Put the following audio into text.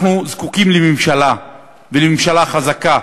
אנחנו זקוקים לממשלה, ולממשלה חזקה,